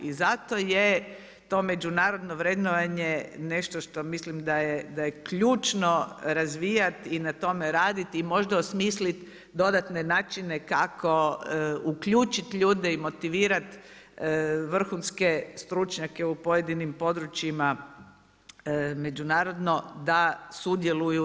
I zato je to međunarodno vrednovanje nešto što mislim da je ključno razvijat i na tome raditi i možda osmislit dodatne načine kako uključit ljude i motivirat vrhunske stručnjake u pojedinim područjima međunarodno da sudjeluju.